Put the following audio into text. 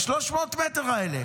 ה-300 מטר האלה.